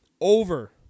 over